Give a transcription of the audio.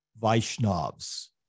Vaishnavs